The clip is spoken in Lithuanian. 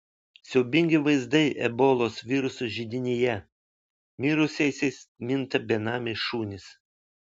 siaubingi vaizdai ebolos viruso židinyje mirusiaisiais minta benamiai šunys